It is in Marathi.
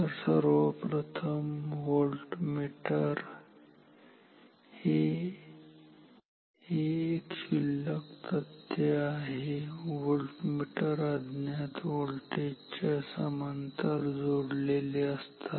तर प्रथम व्होल्टमीटर हे एक क्षुल्लक तथ्य आहे व्होल्टमीटर अज्ञात व्होल्टेज च्या समांतर जोडलेले असतात